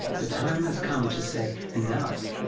the time has come to say enough.